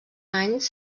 anys